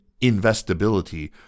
investability